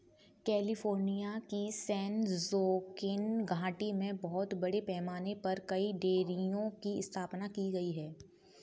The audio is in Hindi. कैलिफोर्निया की सैन जोकिन घाटी में बहुत बड़े पैमाने पर कई डेयरियों की स्थापना की गई है